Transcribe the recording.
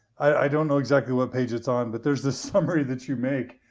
i don't know exactly what page it's on but there's this summary that you make,